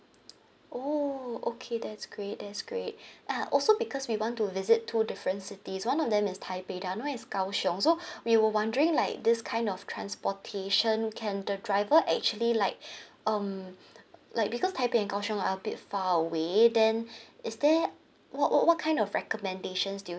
oh okay that's great that's great ah also because we want to visit two different cities one of them is taipei the other one is kaohsiung so we were wondering like this kind of transportation can the driver actually like um like because taipei and kaohsiung are a bit far away then is there what what what kind of recommendations do you